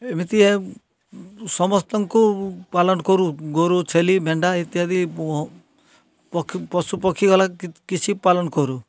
ଏମିତି ଏ ସମସ୍ତଙ୍କୁ ପାଲନ କରୁ ଗୋରୁ ଛେଲି ମେଣ୍ଢା ଇତ୍ୟାଦି ପକ୍ଷୀ ପଶୁପକ୍ଷୀ ଗଲା କିଛି ପାଲନ କରୁ